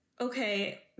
okay